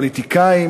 פוליטיקאים,